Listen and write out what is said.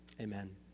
Amen